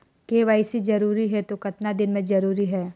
KYC जरूरी हे तो कतना दिन मे जरूरी है?